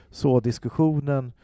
sådiskussionen